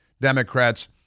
Democrats